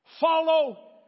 follow